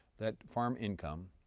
that farm income,